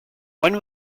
when